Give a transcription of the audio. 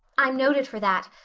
i'm noted for that.